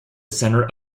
centre